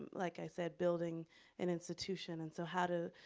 like i said, building an institution. and so, how do,